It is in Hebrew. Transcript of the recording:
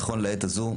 נכון לעת הזו,